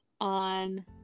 on